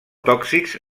tòxics